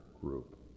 group